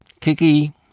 Kiki